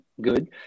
good